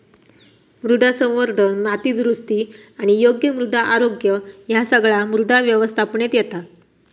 मृदा संवर्धन, माती दुरुस्ती आणि योग्य मृदा आरोग्य ह्या सगळा मृदा व्यवस्थापनेत येता